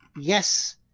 yes